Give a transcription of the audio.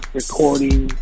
recording